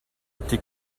été